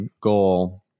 goal